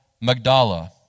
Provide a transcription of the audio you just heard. Magdala